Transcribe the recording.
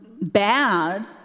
bad